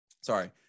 sorry